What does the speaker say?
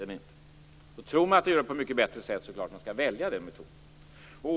Tror man att den gör det på ett mycket bättre sätt är det klart att man skall välja den metoden.